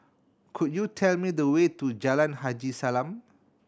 could you tell me the way to Jalan Haji Salam